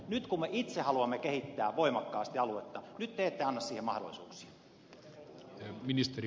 nyt kun me itse haluamme kehittää voimakkaasti aluetta te ette anna siihen mahdollisuuksia